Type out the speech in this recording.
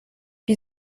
wie